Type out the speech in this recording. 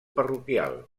parroquial